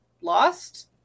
lost